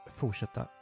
fortsätta